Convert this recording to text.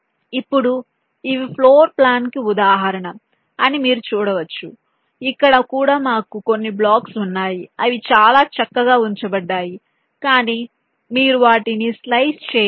ఇప్పుడు ఇవి floor plan కు ఉదాహరణఅని మీరు చూడవచ్చు ఇక్కడ కూడా మాకు కొన్ని బ్లాక్స్ ఉన్నాయి అవి చాలా చక్కగా ఉంచబడ్డాయి కానీ మీరు వాటిని స్లైస్ చేయలేరు